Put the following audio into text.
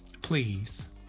Please